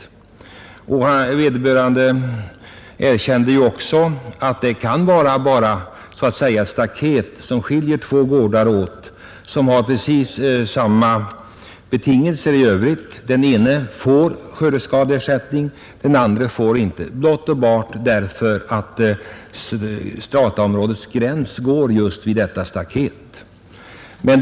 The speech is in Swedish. Herr Persson i Skänninge erkände ju också att av två gårdar, som har precis samma betingelser, kan det hända att den ena gården tilldelas skördesskadeersättning medan den andra inte får, blott och bart därför att strataområdets gräns går just vid gårdsgränsen.